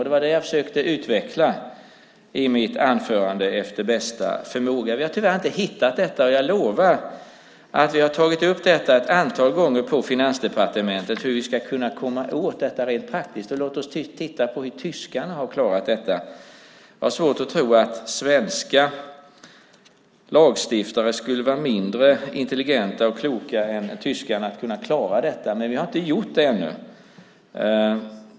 Det var vad jag försökte utveckla i mitt anförande efter bästa förmåga. Vi har tyvärr inte hittat detta. Jag lovar att vi har tagit upp det ett antal gånger på Finansdepartementet hur vi ska kunna komma åt detta rent praktiskt. Vi har tittat på hur tyskarna har klarat detta. Jag har svårt att tro att svenskarna som lagstiftare skulle vara mindre intelligenta än tyskarna att klara detta, men vi har ännu inte gjort det.